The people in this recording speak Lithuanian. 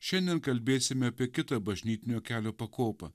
šiandien kalbėsime apie kitą bažnytinio kelio pakopą